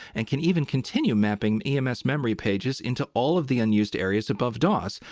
and can even continue mapping ems memory pages into all of the unused areas above dos,